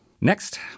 Next